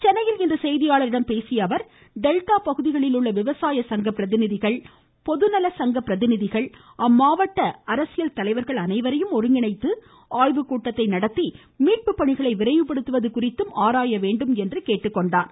சென்னையில் இன்று செய்தியாளர்களிடம் பேசியஅவர் டெல்டா பகுதியில் உள்ள விவசாய சங்க பிரதிநிதிகள் பொதுநல சங்க பிரதிநிதிகள் அம்மாவட்ட அரசியல் தலைவர்கள் அனைவரையும் ஒருங்கிணைத்து ஆய்வுக்கூட்டத்தை நடத்தி மீட்பு பணிகளை விரைவுபடுத்துவது குறித்து ஆராயவேண்டும் என்றார்